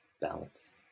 Balance